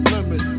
Limit